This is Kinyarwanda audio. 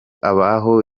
abaho